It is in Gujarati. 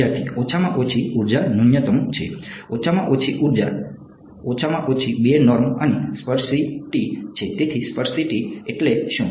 વિદ્યાર્થી ઓછામાં ઓછી ઊર્જા ન્યૂનતમ છે ઓછામાં ઓછી ઊર્જા ઓછામાં ઓછી 2 નોર્મ અને સ્પર્સીટી એટલે શું